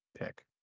pick